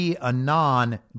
Anon